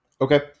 Okay